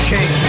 King